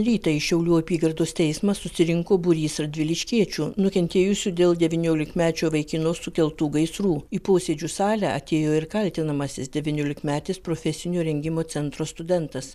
rytą į šiaulių apygardos teismą susirinko būrys radviliškiečių nukentėjusių dėl devyniolikmečio vaikino sukeltų gaisrų į posėdžių salę atėjo ir kaltinamasis devyniolikmetis profesinio rengimo centro studentas